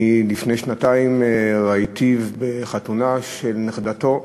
לפני שנתיים ראיתיו בחתונה של נכדתו.